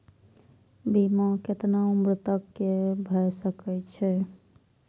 बीमा केतना उम्र तक के भे सके छै?